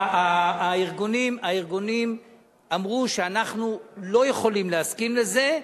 הארגונים אמרו: אנחנו לא יכולים להסכים לזה,